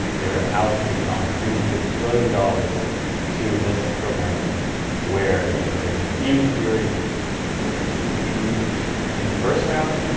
they're allocating almost three hundred billion dollars to this program where you know if, even if you already took the ppp in the first round,